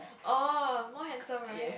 oh more handsome right